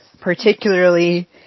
particularly